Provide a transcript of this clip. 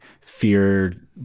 fear